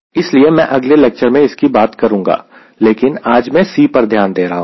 इसलिए मैं अगले लेक्चर में इसकी बात करूंगा लेकिन आज मैं C पर ध्यान दे रहा हूं